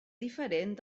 diferent